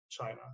China